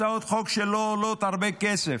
הצעות חוק שלא עולות הרבה כסף.